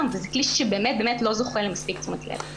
וזה כלי שבאמת באמת לא זוכה למספיק תשומת לב.